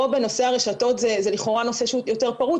פה בנושא הרשתות זה לכאורה נושא שהוא יותר פרוץ